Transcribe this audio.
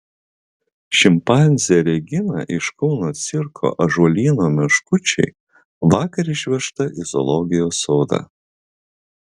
šimpanzė regina iš kauno cirko ąžuolyno meškučiai vakar išvežta į zoologijos sodą